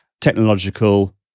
technological